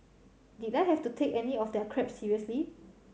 did I have to take any of their crap seriously